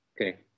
Okay